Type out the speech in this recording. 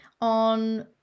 on